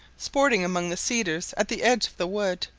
sporting among the cedars at the edge of the wood,